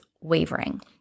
wavering